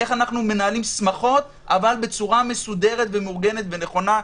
איך אנחנו מנהלים שמחות אבל בצורה מסודרת ומאורגנת ונכונה,